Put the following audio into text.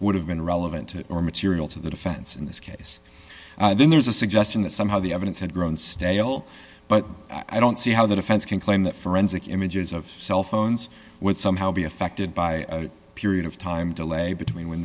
would have been relevant or material to the defense in this case then there's a suggestion that somehow the evidence had grown stale but i don't see how the defense can claim that forensic images of cell phones would somehow be affected by a period of time delay between when